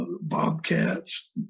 Bobcats